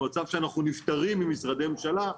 במצב שאנחנו נפטרים ממשרדי ממשלה,